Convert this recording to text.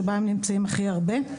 שבה הם נמצאים הכי הרבה.